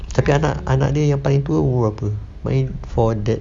tapi anak anak dia yang paling tua were apa makna for that